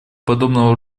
подобного